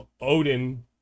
Odin